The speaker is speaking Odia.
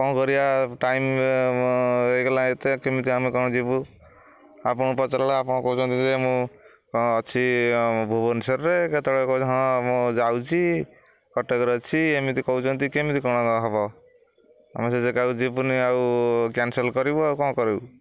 କଣ କରିବା ଟାଇମ୍ ହେଇଗଲା ଏତେ କେମିତି ଆମେ କଣ ଯିବୁ ଆପଣଙ୍କୁ ପଚାରିଲା ଆପଣ କହୁଛନ୍ତି ଯେ ମୁଁ କଣ ଅଛି ଭୁବନେଶ୍ୱରରେ କେତେବେଳେ କହୁଛ ହଁ ମୁଁ ଯାଉଚି କଟକରେ ଅଛି ଏମିତି କହୁଛନ୍ତି କେମିତି କଣ ହେବ ଆମେ ସେ ଜାଗାକୁ ଯିବୁନି ଆଉ କ୍ୟାନସଲ କରିବୁ ଆଉ କଣ କରିବୁ